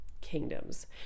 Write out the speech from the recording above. kingdoms